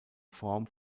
form